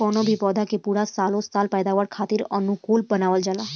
कवनो भी पौधा के पूरा सालो साल पैदावार करे खातीर अनुकूल बनावल जाला